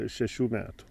šešių metų